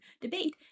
debate